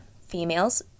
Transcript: females